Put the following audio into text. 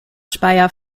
speyer